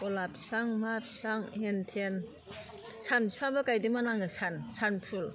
गलाप बिफां मा बिफां हेन थेन सान बिफांबो गायदोंमोन आङो सान फुल